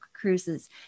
Cruises